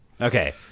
Okay